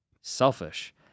selfish